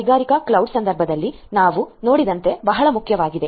ಕೈಗಾರಿಕಾ ಕ್ಲೌಡ್ನಸಂದರ್ಭದಲ್ಲಿ ನಾವು ನೋಡಿದಂತೆ ಬಹಳ ಮುಖ್ಯವಾಗಿದೆ